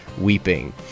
weeping